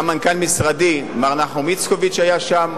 גם מנכ"ל משרדי מר נחום איצקוביץ היה שם,